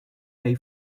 pay